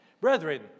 Brethren